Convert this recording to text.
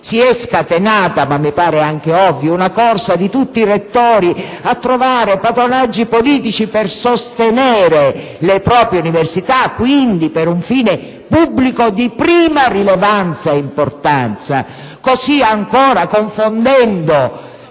si è scatenata - ma mi pare anche ovvio - una corsa di tutti i rettori a trovare patronaggi politici per sostenere le proprie università, quindi per un fine pubblico di prima rilevanza ed importanza, così ancora confondendo